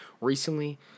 recently